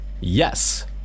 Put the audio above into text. Yes